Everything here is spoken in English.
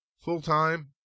full-time